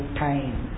time